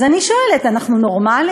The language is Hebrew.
אז אני שואלת: אנחנו נורמליים?